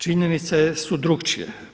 Činjenice su drukčije.